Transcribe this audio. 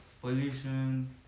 pollution